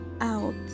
out